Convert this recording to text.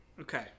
Okay